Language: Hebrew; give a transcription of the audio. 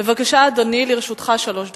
בבקשה, אדוני, לרשותך שלוש דקות.